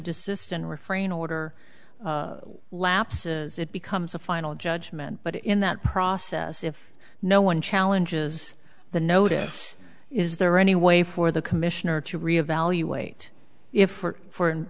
desist and refrain order lapses it becomes a final judgment but in that process if no one challenges the notice is there any way for the commissioner to re evaluate if for in